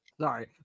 Sorry